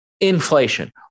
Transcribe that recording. inflation